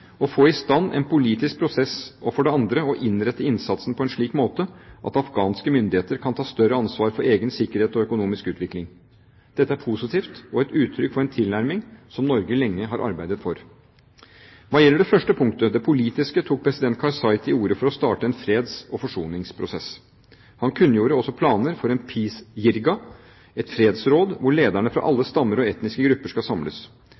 å få i stand en politisk prosess, og for det andre å innrette innsatsen på en slik måte at afghanske myndigheter kan ta større ansvar for egen sikkerhet og økonomisk utvikling. Dette er positivt og et uttrykk for en tilnærming som Norge lenge har arbeidet for. Hva gjelder det første punktet, det politiske, tok president Karzai til orde for å starte en freds- og forsoningsprosess. Han kunngjorde også planer for en «peace jirga», et fredsråd, hvor lederne fra alle stammer og etniske grupper skal samles.